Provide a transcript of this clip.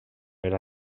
era